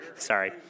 sorry